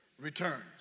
returns